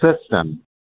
system